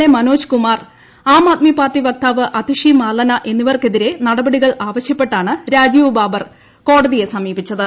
A Manoj Kumar Aam Aadmi party വക്താവ് അതിഷി മാർലന എന്നിവർക്കെതിരെ നടപടികൾ ആവശ്യപ്പെട്ടാണ് രാജീവ് ബാബർ കോടതിയെ സമീപിച്ചത്